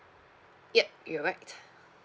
yup you're right